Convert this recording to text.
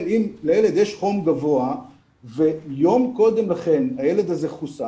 אם לילד יש חום גבוה ויום קודם לכן הילד הזה חוסן,